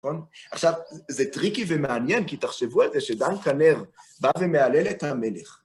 עכשיו, זה טריקי ומעניין, כי תחשבו על זה שדן כנר בא ומעלל את המלך.